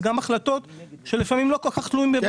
וגם החלטות שלפעמים לא כל כך --- אבל